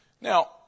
Now